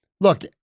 look